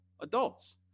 adults